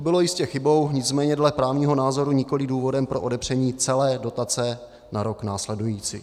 To bylo jistě chybou, nicméně dle právního názoru nikoliv důvodem pro odepření celé dotace na rok následující.